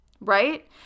Right